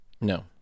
No